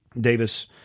Davis